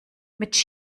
mit